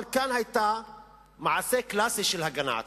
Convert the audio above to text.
אבל כאן היה מעשה קלאסי של הגנה עצמית.